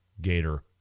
gator